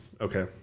Okay